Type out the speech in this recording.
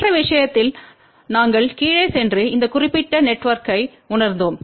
மற்ற விஷயத்தில் நாங்கள் கீழே சென்று இந்த குறிப்பிட்ட நெட்ஒர்க்பை உணர்ந்தோம்